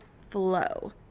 flow